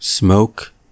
Smoke